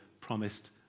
promised